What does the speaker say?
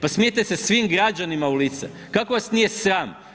Pa smijete se svim građanima u lice, kako vas nije sram.